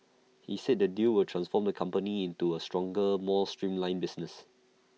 he said the deal will transform the company into A stronger more streamlined business